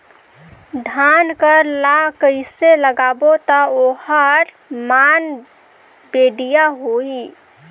धान कर ला कइसे लगाबो ता ओहार मान बेडिया होही?